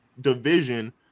division